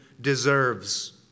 deserves